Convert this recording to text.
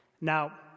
Now